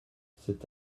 cet